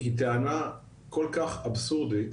היא טענה כל כך אבסורדית.